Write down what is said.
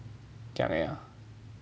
这样而已 ah